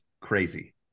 crazy